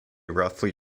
roughly